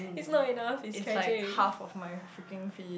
it's not enough it's tragic